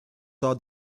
saw